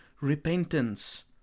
repentance